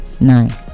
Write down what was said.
nine